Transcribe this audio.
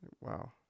Wow